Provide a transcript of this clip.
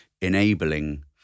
enabling